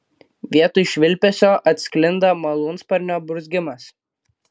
vietoj švilpesio atsklinda malūnsparnio burzgimas